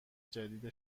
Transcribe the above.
جدید